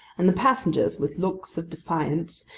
and the passengers, with looks of defiance,